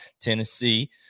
Tennessee